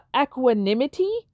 Equanimity